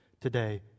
today